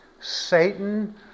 Satan